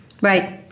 right